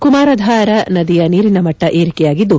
ಕುಮಾರಧಾರ ನದಿಯ ನೀರಿನ ಮಟ್ಟ ಏರಿಕೆಯಾಗಿದ್ದು